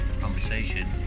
conversation